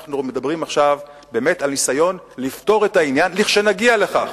אנחנו מדברים עכשיו באמת על ניסיון לפתור את העניין כשנגיע לכך.